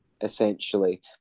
essentially